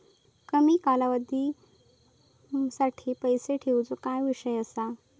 कमी कालावधीसाठी पैसे ठेऊचो काय विषय असा?